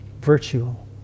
virtual